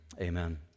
Amen